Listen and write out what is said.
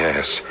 Yes